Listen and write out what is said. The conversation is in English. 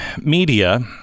media